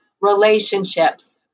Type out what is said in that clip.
relationships